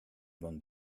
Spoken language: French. bande